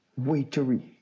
waitery